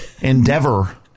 endeavor